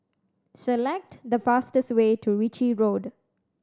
select the fastest way to Ritchie Road